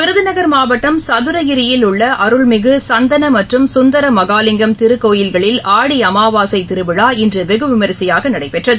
விருதுநகர் மாவட்டம் சதரகிரியில் உள்ளஅருள்மிகுசந்தனமற்றும் சுந்தரமகாலிங்கம் திருக்கோயில்களில் ஆடி அமாவாசைதிருவிழா இன்றுவெகுவிமர்சையாகநடைபெற்றது